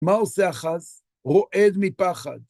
מה עושה החס? רועד מפחד.